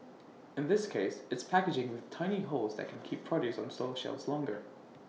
in this case it's packaging with tiny holes that can keep produce on store shelves longer